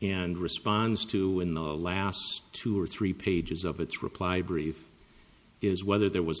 and responds to in the last two or three pages of its reply brief is whether there was a